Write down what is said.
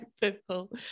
people